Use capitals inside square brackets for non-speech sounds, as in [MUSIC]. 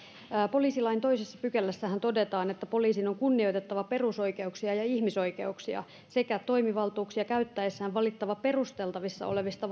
poliisilain toisessa pykälässähän todetaan että poliisin on kunnioitettava perusoikeuksia ja ihmisoikeuksia sekä toimivaltuuksia käyttäessään valittava perusteltavissa olevista [UNINTELLIGIBLE]